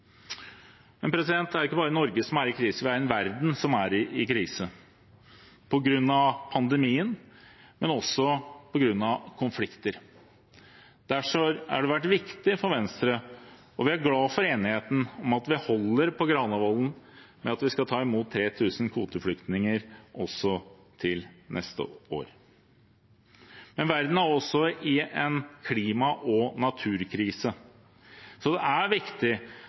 Det er ikke bare Norge som er i krise. Vi er en verden som er i krise – på grunn av pandemien, men også på grunn av konflikter. Derfor har det vært viktig for Venstre – og vi er glade for enigheten om at vi holder på Granavolden-plattformen – at vi skal ta imot 3 000 kvoteflyktninger også til neste år. Men verden er også i en klima- og naturkrise, så det er viktig